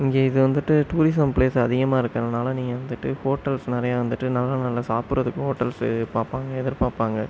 இங்கே இது வந்துவிட்டு டூரிஸம் ப்ளேஸ் அதிகமாக இருக்கிறனால நீங்கள் வந்துவிட்டு ஹோட்டல்ஸ் நறையா வந்துவிட்டு நல்ல நல்ல சாப்பிட்றதுக்கும் ஹோட்டல்ஸு பார்ப்பாங்க எதிர்பார்ப்பாங்க